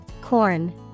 Corn